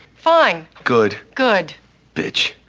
fine. good. good pitch,